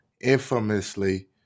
infamously